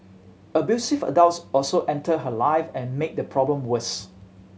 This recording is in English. abusive adults also entered her life and made the problem worse